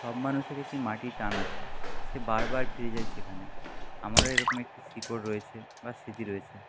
সব মানুষেরই একটি মাটির টান আছে সে বারবার ফিরে যায় সেখানে আমারও এরকম একটি শিকড় রয়েছে বা স্মৃতি রয়েছে